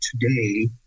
today